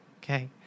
Okay